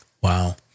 Wow